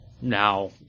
now